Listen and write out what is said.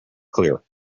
clear